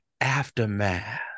aftermath